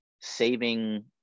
saving